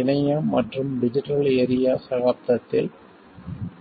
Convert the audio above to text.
இணையம் மற்றும் digital area சகாப்தத்தில்